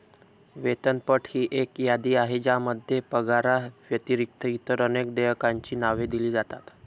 वेतनपट ही एक यादी आहे ज्यामध्ये पगाराव्यतिरिक्त इतर अनेक देयकांची नावे दिली जातात